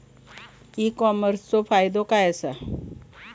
E कॉमर्सचो फायदो काय असा?